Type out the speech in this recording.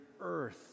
earth